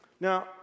Now